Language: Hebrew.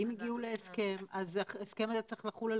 אם הגיעו להסכם אז ההסכם הזה צריך לחול על